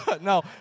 No